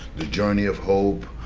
the journey of hope